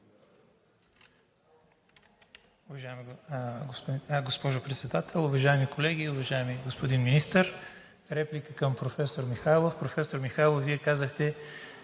уважаеми колеги, уважаеми господин Министър! Реплика към професор Михайлов. Професор Михайлов, Вие казахте,